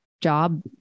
job